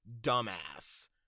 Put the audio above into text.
dumbass